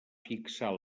fixar